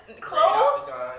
clothes